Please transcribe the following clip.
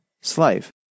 slave